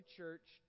church